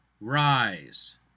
rise